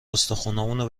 استخونامو